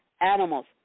Animals